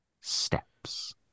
steps